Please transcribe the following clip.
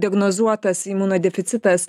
diagnozuotas imunodeficitas